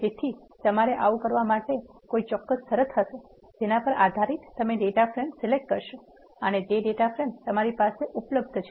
તેથી તમારે આવું કરવા માટે કોઈ ચોક્કસ શરત હશે જેના પર આધારિત તમે ડેટા ફ્રેમ સિલેક્ટ કરશો અને તે ડેટા ફ્રેમ તમારી પાસે ઉપલબ્ધ છે